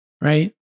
Right